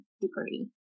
degree